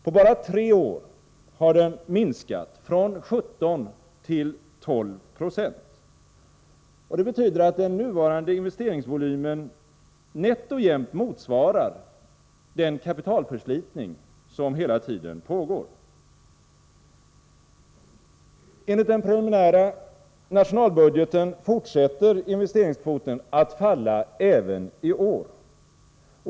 På bara tre år har den minskat från 17 till 1270. Det betyder att den nuvarande investeringsvolymen nätt och jämnt motsvarar den kapitalförslitning som hela tiden pågår. Enligt den preliminära nationalbudgeten fortsätter investeringskvoten att falla även i år.